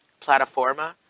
plataforma